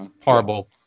horrible